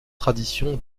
tradition